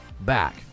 back